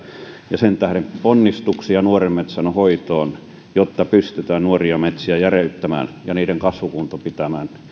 ja sen tähden tarvitaan ponnistuksia nuoren metsän hoitoon jotta pystytään nuoria metsiä järeyttämään ja niiden kasvukunto pitämään